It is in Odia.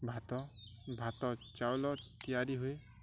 ଭାତ ଭାତ ଚାଉଳ ତିଆରି ହୁଏ